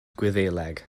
gwyddeleg